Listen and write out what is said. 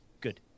good